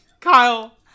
Kyle